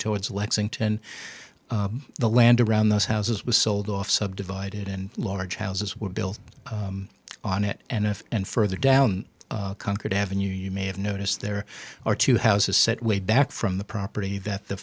towards lexington the land around those houses was sold off subdivided and large houses were built on it and if and further down concord avenue you may have noticed there are two houses set way back from the property that the